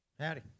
Howdy